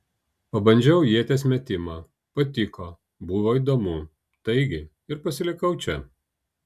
pabandžiau ieties metimą patiko buvo įdomu taigi ir pasilikau čia